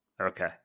Okay